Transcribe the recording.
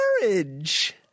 marriage